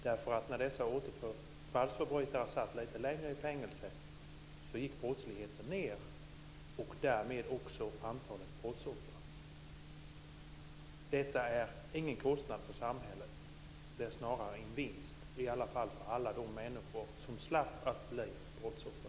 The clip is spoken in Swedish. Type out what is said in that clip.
När återfallsförbrytarna satt lite längre i fängelset gick brottsligheten ned och därmed också antalet brottsoffer. Detta är ingen kostnad för samhället. Det är snarare en vinst, i alla fall för alla de människor som slapp att bli brottsoffer.